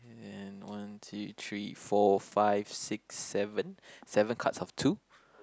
and one two three four five six seven seven cards of two